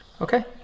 Okay